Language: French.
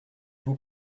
vous